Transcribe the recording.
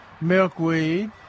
milkweed